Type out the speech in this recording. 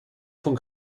von